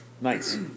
Nice